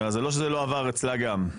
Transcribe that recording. זה לא שזה לא עבר אצלה גם.